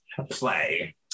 Play